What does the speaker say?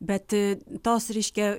bet tos reiškia